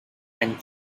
and